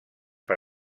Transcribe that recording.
per